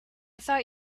thought